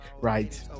right